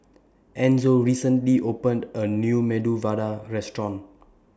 Enzo recently opened A New Medu Vada Restaurant